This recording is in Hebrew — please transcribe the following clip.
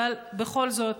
אבל בכל זאת,